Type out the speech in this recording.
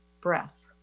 breath